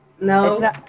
no